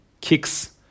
kicks